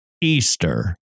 Easter